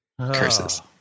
curses